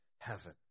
heaven